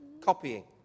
Copying